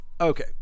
Okay